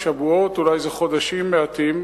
שבועות ואולי חודשים מעטים,